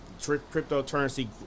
cryptocurrency